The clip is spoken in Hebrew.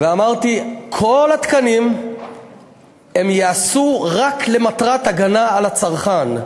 ואמרתי: כל התקנים ייעשו רק למטרת הגנה על צרכן.